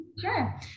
Sure